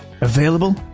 Available